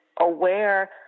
aware